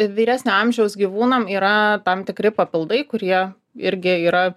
vyresnio amžiaus gyvūnam yra tam tikri papildai kurie irgi yra